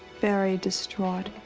very distraught.